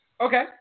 Okay